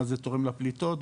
מה זה תורם לפליטות,